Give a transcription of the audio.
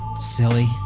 silly